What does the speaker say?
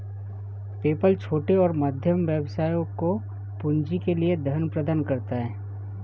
PayPal छोटे और मध्यम व्यवसायों को पूंजी के लिए धन प्रदान करता है